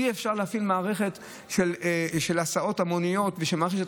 אי-אפשר להפעיל מערכת של הסעות המוניות ומערכת של